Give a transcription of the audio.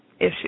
issue